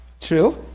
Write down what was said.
True